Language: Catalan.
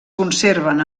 conserven